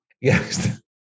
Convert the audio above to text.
Yes